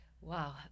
Wow